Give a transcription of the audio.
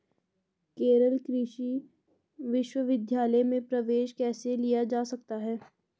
केरल कृषि विश्वविद्यालय में प्रवेश कैसे लिया जा सकता है?